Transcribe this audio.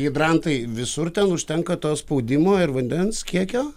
hidrantai visur ten užtenka to spaudimo ir vandens kiekio